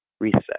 Reset